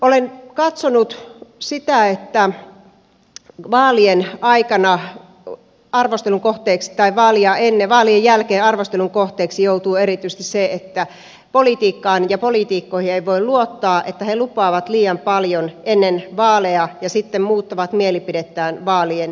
olen katsonut sitä että vaalien aikana hän arvostelun kohteeksi tai valjaenne vaalin jälkeen arvostelun kohteeksi joutuu erityisesti se että politiikkaan ja poliitikkoihin ei voi luottaa että he lupaavat liian paljon ennen vaaleja ja sitten muuttavat mielipidettään vaalien jälkeen